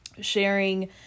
sharing